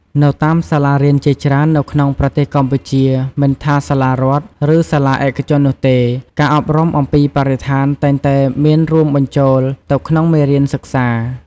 នៅតាមសាលារៀនជាច្រើននៅក្នុងប្រទេសកម្ពុជា មិនថាសាលារដ្ឋ ឬ សាលាឯកជននោះទេ ការអប់រំអំពីបរិស្ថានតែងតែមានរួមបញ្ចូលទៅក្នុងមេរៀនសិក្សា។